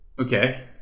Okay